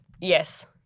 Yes